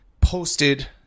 posted